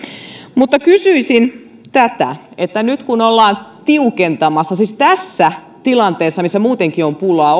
mutta kysyisin tätä nyt kun ollaan tiukentamassa siis tässä tilanteessa missä muutenkin on pulaa